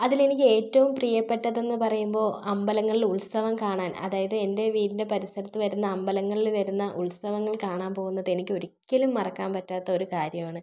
അതിൽ എനിക്ക് ഏറ്റവും പ്രിയപ്പെട്ടതെന്ന് പറയുമ്പോൾ അമ്പലങ്ങളിൽ ഉത്സവം കാണാൻ അതായത് എൻ്റെ വീടിൻ്റെ പരിസരത്ത് വരുന്ന അമ്പലങ്ങളിൽ വരുന്ന ഉത്സവങ്ങൾ കാണാൻ പോവുന്നത് എനിക്ക് ഒരിക്കലും മറക്കാൻ പറ്റാത്ത ഒരു കാര്യമാണ്